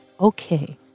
okay